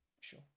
Sure